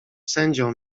sędzią